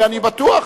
אני בטוח.